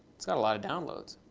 it's got a lot of download.